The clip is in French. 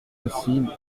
aussi